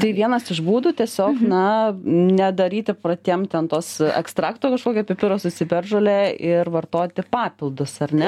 tai vienas iš būdų tiesiog na nedaryti patiem ten tos ekstrakto kažkokio pipiro su ciberžole ir vartoti papildus ar ne